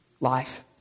life